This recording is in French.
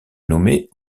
nommée